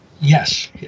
Yes